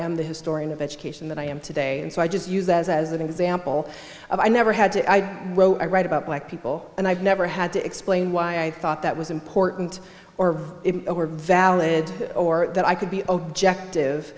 am the historian of education that i am today and so i just use that as an example of i never had to i wrote i write about black people and i've never had to explain why i thought that was important or valid or that i could be ject